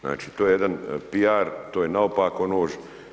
Znači, to je jedan piar, to je naopako nož.